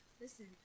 listen